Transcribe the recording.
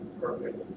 perfect